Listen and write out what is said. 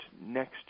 next